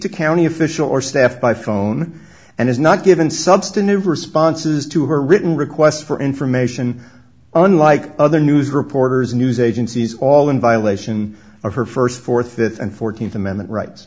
to county official or staff by phone and has not given substantive responses to her written requests for information unlike other news reporters news agencies all in violation of her first fourth fifth and fourteenth amendment rights